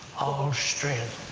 strength.